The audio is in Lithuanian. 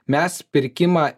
mes pirkimą